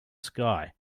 sky